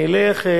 אני אלך,